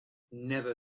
never